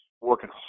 working